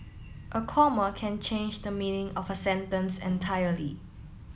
a comma can change the meaning of a sentence entirely